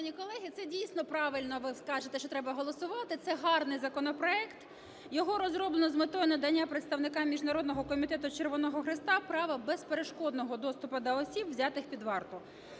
Це, дійсно, правильно ви кажете, що треба голосувати, це гарний законопроект. Його розроблено з метою надання представникам Міжнародного Комітету Червоного Хреста права безперешкодного доступу до осіб, взятих під варту.